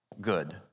good